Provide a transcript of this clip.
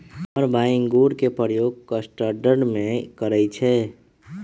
हमर माय इंगूर के प्रयोग कस्टर्ड में करइ छै